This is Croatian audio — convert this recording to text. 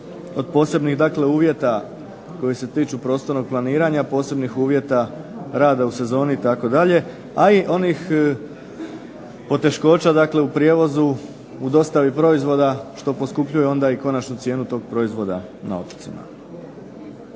od uvjeta koji se tiču prostornog planiranja, posebnog uvjeta rada u sezoni itd. ali onih poteškoća u prijevozu u dostavi proizvoda, što poskupljuje onda i konačnu cijenu tih proizvoda na otocima.